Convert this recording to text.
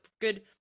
good